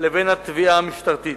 לבין התביעה המשטרתית.